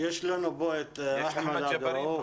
יש לנו כאן את אחמד ג'בארין.